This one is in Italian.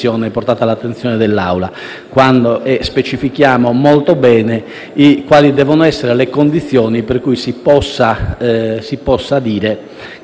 Grazie